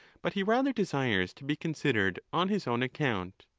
but he rather desires to be considered on his own account.